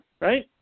right